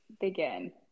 begin